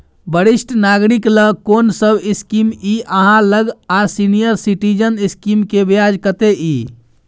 वरिष्ठ नागरिक ल कोन सब स्कीम इ आहाँ लग आ सीनियर सिटीजन स्कीम के ब्याज कत्ते इ?